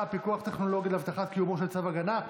(פיקוח טכנולוגי להבטחת קיומו של צו הגנה,